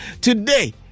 today